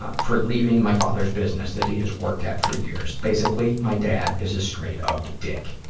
ah for leaving my father's business that he has worked at for years. basically, my dad is a straight-up dick.